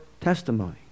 testimony